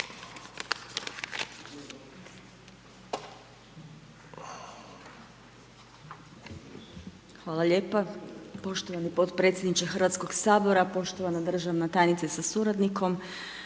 Hvala potpredsjedniče Hrvatskog sabora. Uvažena državna tajnice sa suradnikom,